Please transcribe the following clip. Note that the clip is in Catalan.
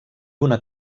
una